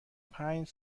پنج